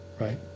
right